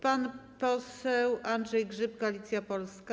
Pan poseł Andrzej Grzyb, Koalicja Polska.